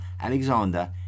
Alexander